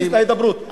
בסיס להידברות,